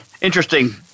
interesting